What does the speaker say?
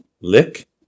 Lick